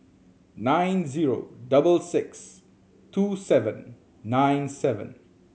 nine zero double six two seven nine seven